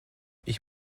ich